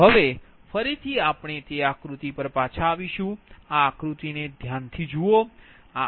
હવે ફરીથી આપણે તે આકૃતિ પર પાછા આવીશું આ આકૃતિને પકડી રાખીએ